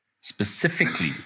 specifically